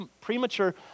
premature